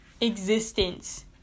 existence